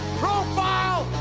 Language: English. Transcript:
profile